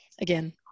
again